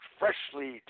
freshly